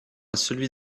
celui